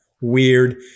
Weird